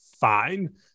fine